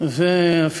גם